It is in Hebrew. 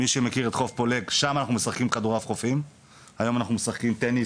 מי שמכיר את חוף פולג, שם אנחנו משחקים כדור